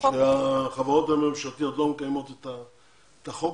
שהחברות הממשלתיות לא מקיימות את החוק